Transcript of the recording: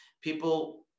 People